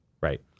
right